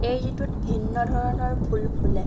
এই ঋতুত ভিন্ন ধৰণৰ ফুল ফুলে